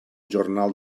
jornal